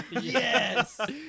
Yes